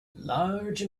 large